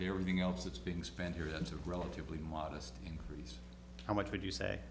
to everything else that's being spent here that's a relatively modest increase how much would you say